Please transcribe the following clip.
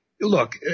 Look